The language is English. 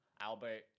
Albert